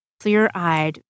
clear-eyed